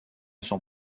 sont